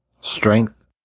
Strength